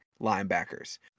linebackers